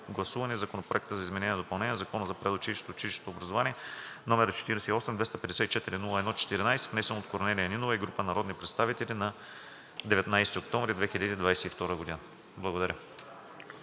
Законопроект за изменение и допълнение на Закона за предучилищното и училищното образование, № 48-254-01-14, внесен от Корнелия Нинова и група народни представители на 19 октомври 2022 г.“ Благодаря.